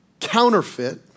counterfeit